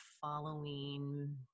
following